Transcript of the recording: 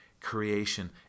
creation